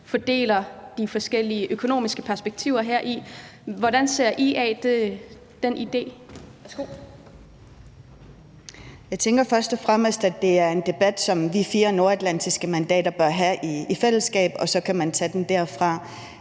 formand (Annette Lind): Værsgo. Kl. 16:27 Aaja Chemnitz (IA): Jeg tænker først og fremmest, at det er en debat, som vi fire nordatlantiske mandater bør have i fællesskab, og så kan man tage den derfra.